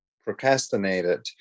procrastinated